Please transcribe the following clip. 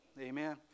amen